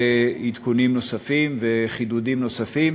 עדכונים נוספים וחידודים נוספים,